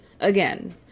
again